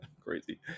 crazy